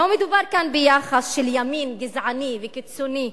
לא מדובר כאן ביחס של ימין גזעני וקיצוני,